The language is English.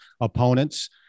opponents